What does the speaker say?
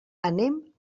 anem